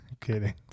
kidding